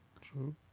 True